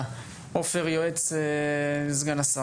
יועץ השר